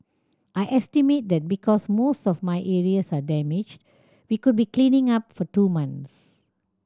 I estimate that because most of my areas are damaged we could be cleaning up for two months